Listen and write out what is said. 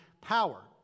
power